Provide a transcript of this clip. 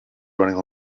running